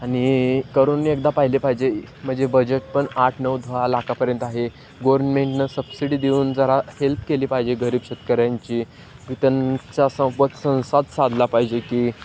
आणि करून एकदा पाहिले पाहिजे म्हणजे बजेट पण आठ नऊ दहा लाखापर्यंत आहे गोर्मेंटनं सबसिडी देऊन जरा हेल्प केली पाहिजे गरीब शेतकऱ्यांची त्यांचा संप संसाद साधला पाहिजे की